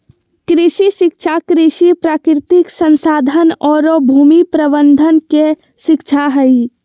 कृषि शिक्षा कृषि, प्राकृतिक संसाधन औरो भूमि प्रबंधन के शिक्षा हइ